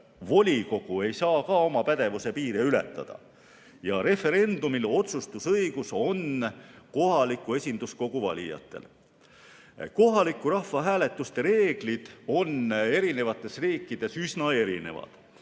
volikogu ei saa ka oma pädevuse piire ületada, ja referendumil on otsustusõigus kohaliku esinduskogu valijatel. Kohaliku rahvahääletuse reeglid on eri riikides üsna erinevad.